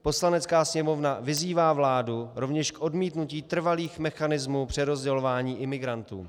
Poslanecká sněmovna vyzývá vládu rovněž k odmítnutí trvalých mechanismů přerozdělování imigrantů.